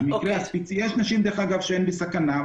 יש נשים שהן בסכנה,